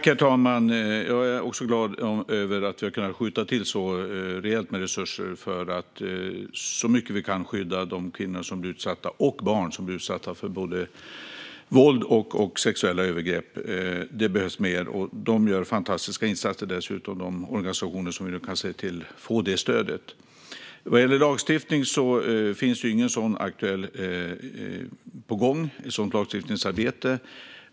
Herr talman! Även jag är glad över att vi har kunnat skjuta till så rejäla resurser för att så mycket vi kan skydda de kvinnor och barn som blir utsatta för både våld och sexuella övergrepp. Det behövs mer. Vi ser nu till att organisationerna får detta stöd, och de gör fantastiska insatser. Vad gäller lagstiftningsarbete finns inget aktuellt på gång.